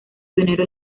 pionero